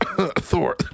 Thor